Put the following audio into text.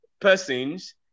persons